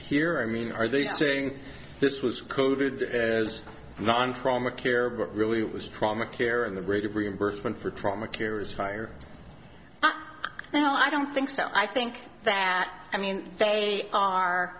here i mean are they saying this was coded as one trauma care but really it was trauma care and the rate of reimbursement for trauma care is higher now i don't think so i think that i mean they are